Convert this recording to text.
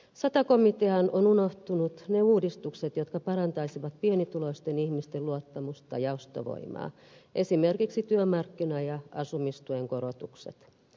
sata komiteaan ovat unohtuneet ne uudistukset jotka parantaisivat pienituloisten ihmisten luottamusta ja ostovoimaa esimerkiksi työmarkkina ja asumistuen korotukset